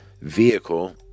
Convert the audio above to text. vehicle